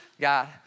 God